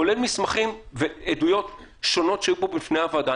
כולל מסמכים ועדויות שונות שהיו פה בפני הוועדה,